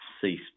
cease